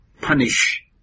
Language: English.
punish